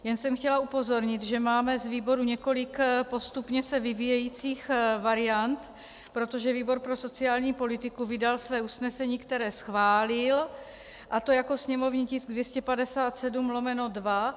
Jen jsem chtěla upozornit, že máme z výboru několik postupně se vyvíjejících variant, protože výbor pro sociální politiku vydal své usnesení, které schválil, a to jako sněmovní tisk 257/2.